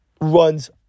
runs